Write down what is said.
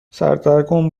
سردرگم